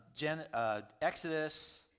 Exodus